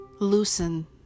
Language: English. Loosen